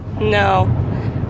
No